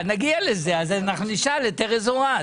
נגיע לזה ונשאל את ארז אורעד.